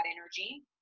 energy